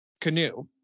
Canoe